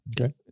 Okay